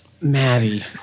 maddie